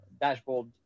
dashboard